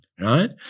Right